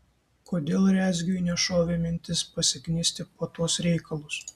kodėl rezgiui nešovė mintis pasiknisti po tuos reikalus